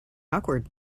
awkward